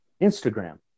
Instagram